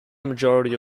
majority